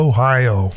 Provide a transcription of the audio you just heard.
Ohio